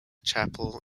chapel